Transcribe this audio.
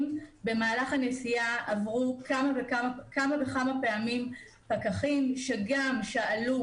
במהלך הנסיעה עברו כמה וכמה פעמים פקחים ששאלו,